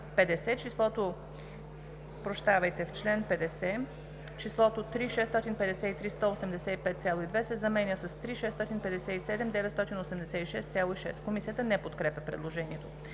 числото „3 653 185,2“ се заменя с „3 657 986,6“.“ Комисията не подкрепя предложението.